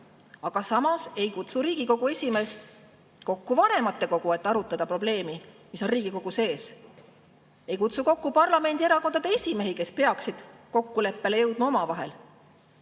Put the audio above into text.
Aga samas ei kutsu Riigikogu esimees kokku vanematekogu, et arutada probleemi, mis on Riigikogu sees. Ta ei kutsu kokku parlamendierakondade esimehi, kes peaksid omavahel kokkuleppele jõudma.